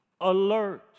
alert